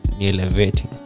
elevating